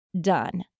done